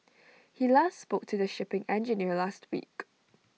he last spoke to the shipping engineer last week